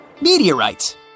meteorites